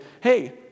hey